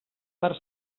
per